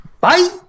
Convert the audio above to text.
Bye